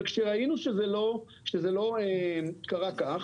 אבל כשראינו שזה לא קרה כך,